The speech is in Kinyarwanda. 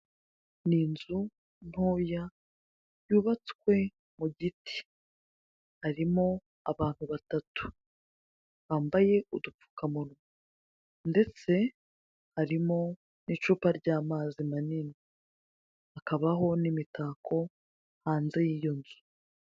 Ni inzu ntoya yubatswe mu giti, harimo abantu batatu bambaye udupfukamunwa, ndetse harimo n'icupa ry'amazi manini, hakabaho n'imitako hanze yiyo nzu.